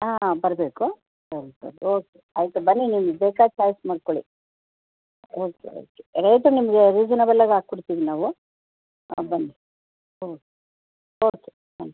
ಹಾಂ ಬರಬೇಕು ಸರಿ ಸರಿ ಓಕೆ ಆಯಿತು ಬನ್ನಿ ನಿಮಗೆ ಬೇಕಾದ ಚಾಯ್ಸ್ ಮಾಡ್ಕೊಳ್ಳಿ ಓಕೆ ಓಕೆ ರೇಟು ನಿಮಗೆ ರೀಸನಬಲಾಗಿ ಹಾಕೊಡ್ತೀವಿ ನಾವು ಹಾಂ ಬನ್ನಿ ಓ ಓಕೆ ಬನ್ನಿ